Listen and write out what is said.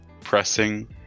pressing